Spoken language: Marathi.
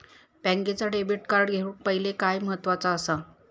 बँकेचा डेबिट कार्ड घेउक पाहिले काय महत्वाचा असा?